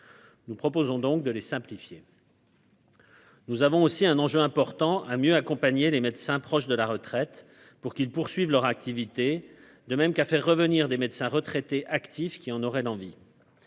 Nous proposons donc de les simplifier. Nous avons aussi un enjeu important à mieux accompagner les médecins proches de la retraite pour qu'ils poursuivent leur activité, de même qu'à faire revenir des médecins retraités actifs qui en aurait l'envie.